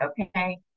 okay